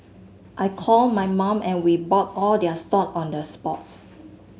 I called my mum and we bought all their sock on the spots